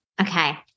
Okay